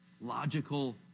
logical